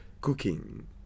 cooking